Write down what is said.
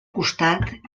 costat